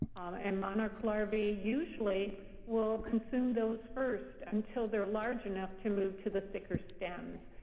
and monarch larvae usually will consume those first, until they're large enough to move to the thicker stems.